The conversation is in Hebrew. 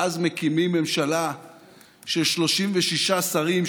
ואז מקימים ממשלה של 36 שרים,